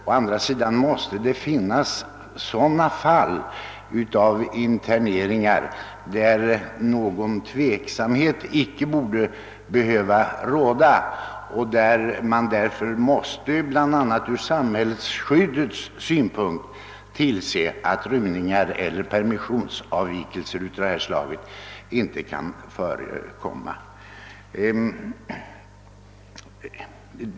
Men det måste ändå finnas sådana fall av interneringar, där någon tveksamhet inte borde behöva råda och där man bl.a. ur samhällsskyddets synpunkt måste tillse att rymningar eller avvikelser under permission inte kan förekomma.